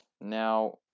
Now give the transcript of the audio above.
Now